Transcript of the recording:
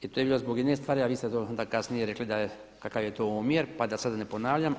I to je bilo zbog jedne stvari a vi ste to onda kasnije rekli da je, kakav je to omjer pa da sada ne ponavljam.